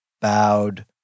bowed